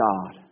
God